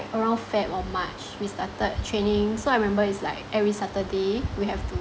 around feb or march we started training so I remember is like every saturday we have to